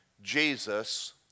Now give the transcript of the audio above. Jesus